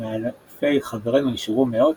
ומאלפי חברינו נשארו מאות,